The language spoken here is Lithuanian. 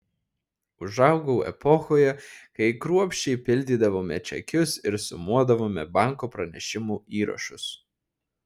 užaugau epochoje kai kruopščiai pildydavome čekius ir sumuodavome banko pranešimų įrašus